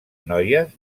noies